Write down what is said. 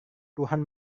tuhan